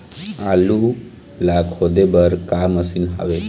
आलू ला खोदे बर का मशीन हावे?